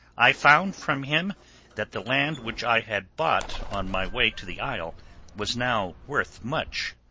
i found from him that the land which i had bought on my way to the isle was now worth much.